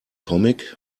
comic